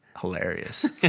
hilarious